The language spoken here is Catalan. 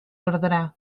ordre